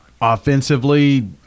Offensively